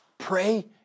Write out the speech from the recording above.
Pray